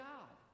God